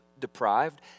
deprived